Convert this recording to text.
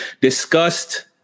discussed